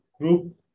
group